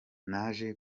naje